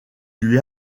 lui